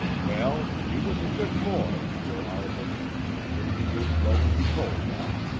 well, he was a good boy, your arthur maybe you'd like to be told that,